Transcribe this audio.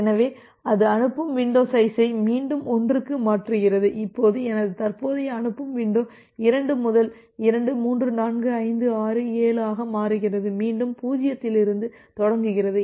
எனவே அது அனுப்பும் வின்டோ சைஸை மீண்டும் 1 க்கு மாற்றுகிறது இப்போது எனது தற்போதைய அனுப்பும் வின்டோ 2 முதல் 2 3 4 5 6 7 ஆக மாறுகிறது மீண்டும் 0 இலிருந்து தொடங்குகிறது